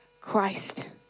Christ